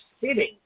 sitting